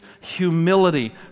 humility